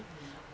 mm